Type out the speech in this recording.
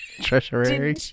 Treasury